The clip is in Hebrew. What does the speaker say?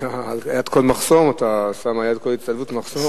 שליד כל הצטלבות אתה שם מחסום.